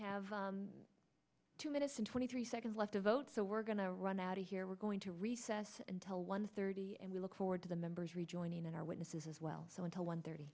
have two minutes and twenty three seconds left to vote so we're going to run out of here we're going to recess until one thirty and we look forward to the members rejoining and our witnesses as well so until one thirty